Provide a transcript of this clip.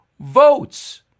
votes